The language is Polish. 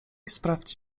sprawdź